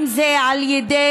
אם זה על ידי